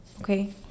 Okay